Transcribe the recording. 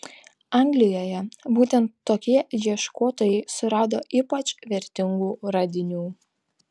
anglijoje būtent tokie ieškotojai surado ypač vertingų radinių